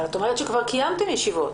אבל את אומרת שכבר קיימתם ישיבות.